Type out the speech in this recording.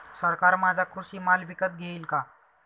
सरकार माझा कृषी माल विकत घेईल का?